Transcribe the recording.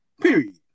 Period